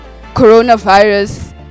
coronavirus